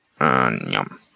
Yum